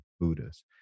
Buddhas